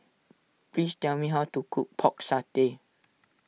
please tell me how to cook Pork Satay